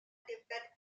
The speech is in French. défaite